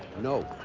no.